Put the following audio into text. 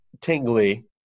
tingly